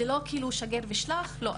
זה לא שגר ושלח לא.